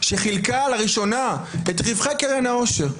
שחילקה לראשונה את רווחי קרן העושר.